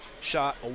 shot